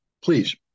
Please